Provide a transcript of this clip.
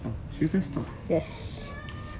serious ah